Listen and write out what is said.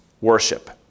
worship